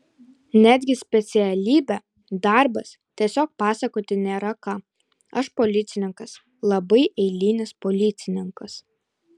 netgi specialybė darbas tiesiog pasakoti nėra ką aš policininkas labai eilinis policininkas